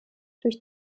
durch